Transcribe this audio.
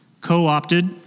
co-opted